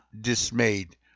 dismayed